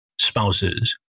spouses